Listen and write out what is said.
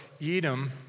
Edom